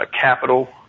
capital